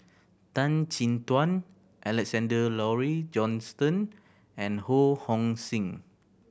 Tan Chin Tuan Alexander Laurie Johnston and Ho Hong Sing